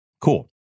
Cool